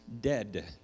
dead